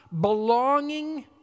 belonging